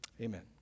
amen